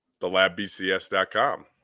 thelabbcs.com